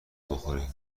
بخوری